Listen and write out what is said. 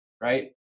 right